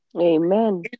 amen